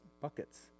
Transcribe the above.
buckets